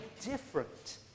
different